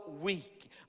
weak